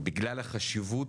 בגלל החשיבות